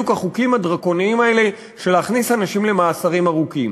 החוקים הדרקוניים האלה של הכנסת אנשים למאסרים ארוכים.